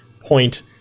point